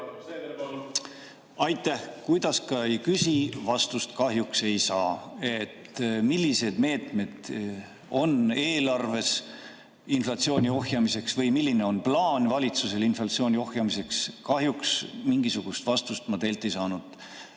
Aitäh! Kuidas ka ei küsi, vastust kahjuks ei saa. Millised meetmed on eelarves inflatsiooni ohjamiseks või milline on valitsuse plaan inflatsiooni ohjamiseks, kahjuks mingisugust vastust ma teilt ei saanud.